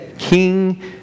king